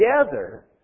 together